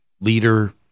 leader